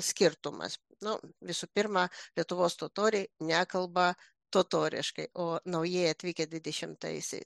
skirtumas nu visų pirma lietuvos totoriai nekalba totoriškai o naujai atvykę dvidešimtaisiai